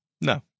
No